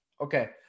okay